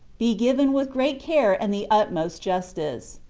be given with great care and the utmost justice.